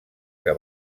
que